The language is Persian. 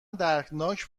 دردناک